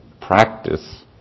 practice